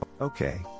Okay